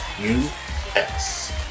u-s